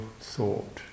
thought